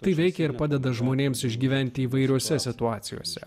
tai veikia ir padeda žmonėms išgyventi įvairiose situacijose